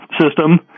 system